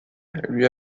lui